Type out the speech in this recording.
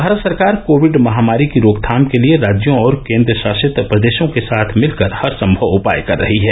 भारत सरकार कोविड महामारी की रोकथाम के लिए राज्यों और केन्द्रशासित प्रदेशों के साथ मिलकर हर संमव उपाय कर रही है